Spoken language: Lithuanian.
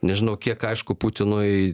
nežinau kiek aišku putinui